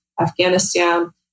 Afghanistan